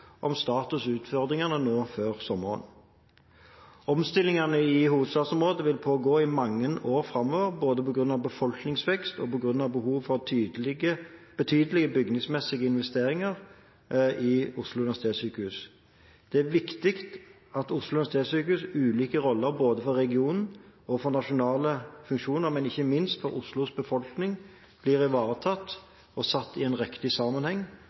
om status i utfordringene nå før sommeren. Omstillingene i hovedstadsområdet vil pågå i mange år framover, både på grunn av befolkningsvekst og på grunn av behovet for betydelige bygningsmessige investeringer ved Oslo universitetssykehus. Det er viktig at Oslo universitetssykehus’ ulike roller, både for regionen og for nasjonale funksjoner, men ikke minst for Oslos befolkning, blir ivaretatt og satt i en riktig sammenheng,